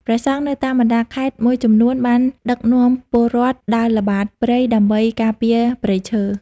ព្រះសង្ឃនៅតាមបណ្តាខេត្តមួយចំនួនបានដឹកនាំពលរដ្ឋដើរល្បាតព្រៃដើម្បីការពារព្រៃឈើ។